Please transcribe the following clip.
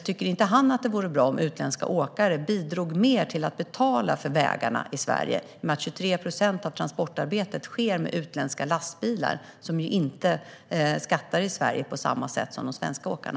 Tycker inte han att det vore bra om utländska åkare bidrog mer till att betala för att använda vägarna i Sverige med tanke på att 23 procent av transportarbetet sker med utländska lastbilar som ju inte skattar i Sverige på samma sätt som de svenska åkarna?